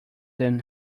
them